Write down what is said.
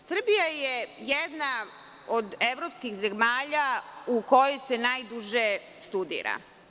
Srbija je jedna od evropskih zemalja u kojoj se najduže studira.